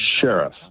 sheriff